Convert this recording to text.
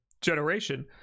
generation